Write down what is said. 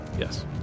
Yes